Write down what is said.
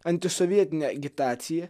antisovietinę agitaciją